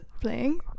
playing